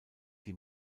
die